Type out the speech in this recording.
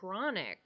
chronic